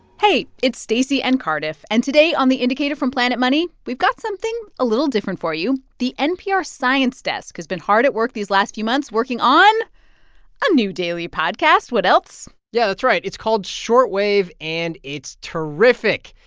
hey. it's stacey and cardiff. and today on the indicator from planet money, we've got something a little different for you. the npr science desk has been hard at work these last few months working on a new daily podcast. what else? yeah, that's right. it's called short wave, and it's terrific.